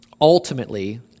ultimately